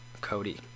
cody